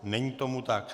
Není tomu tak.